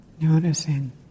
Noticing